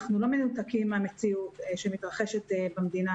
אנחנו לא מנותקים מן המציאות שמתרחשת במדינה,